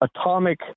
atomic